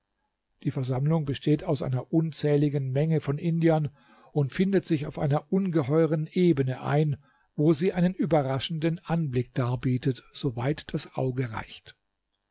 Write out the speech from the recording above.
die versammlung besteht aus einer unzähligen menge von indiern und findet sich auf einer ungeheuren ebene ein wo sie einen überraschenden anblick darbietet so weit das auge reicht